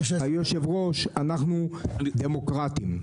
היושב-ראש, אנחנו דמוקרטים.